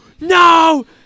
No